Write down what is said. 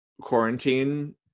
quarantine